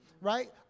right